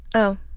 oh,